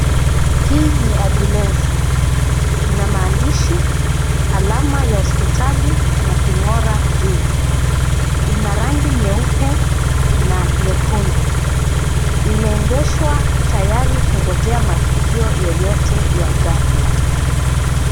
Hii ni ambulensi, ina maandishi, alama ya hospitali na king'ora juu. Ina rangi nyeupe na nyekundu. Imeegeshwa tayari kungonjea matukio yoyote ya ghafla.